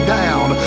down